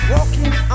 Walking